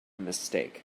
mistake